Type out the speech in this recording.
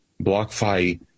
BlockFi